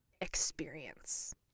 experience